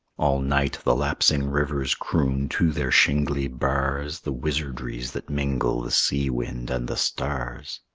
all night the lapsing rivers croon to their shingly bars the wizardries that mingle the sea-wind and the stars.